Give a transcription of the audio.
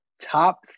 top